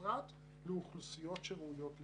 ובפרט לאוכלוסיות שראויות לקידום.